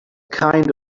kind